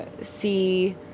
see